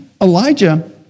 Elijah